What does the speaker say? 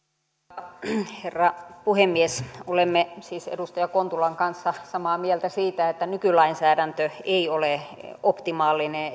arvoisa herra puhemies olemme siis edustaja kontulan kanssa samaa mieltä siitä että nykylainsäädäntö ei ole optimaalinen